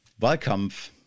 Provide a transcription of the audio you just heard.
Wahlkampf